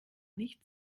nicht